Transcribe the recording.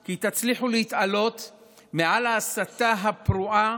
כי תצליחו להתעלות מעל ההסתה הפרועה